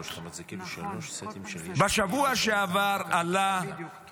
בשבוע שעבר עלתה